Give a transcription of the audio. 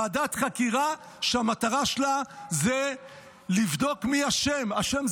ועדת חקירה שהמטרה שלה זה לבדוק מי אשם.